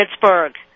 Pittsburgh